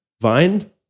Vine